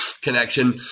connection